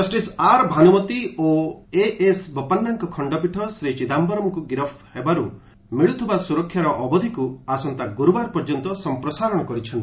justice R Bhanumathi ଓ A S ବୋପନ୍ଧାଙ୍କ ଖଣ୍ଡପୀଠ ଶ୍ରୀ ଚିଦାୟରମ୍ଙ୍କୁ ଗିରଫ୍ ହେବାରୁ ମିଳୁଥିବା ସୁରକ୍ଷାର ଅବଧିକୁ ଆସନ୍ତା ଗୁରୁବାର ପର୍ଯ୍ୟନ୍ତ ସମ୍ପ୍ରସାରଣ କରିଛନ୍ତି